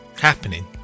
happening